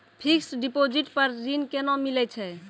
Fixed deposit पर ऋण केना मिलै छै?